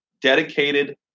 dedicated